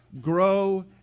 grow